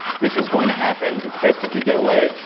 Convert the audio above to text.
this is going to happen. it's best if you get away.